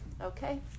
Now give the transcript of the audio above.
Okay